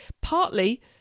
Partly